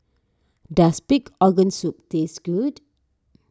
does Pig Organ Soup taste good